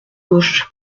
gauche